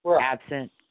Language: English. Absent